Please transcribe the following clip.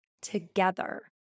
together